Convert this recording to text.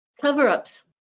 Cover-ups